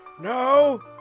No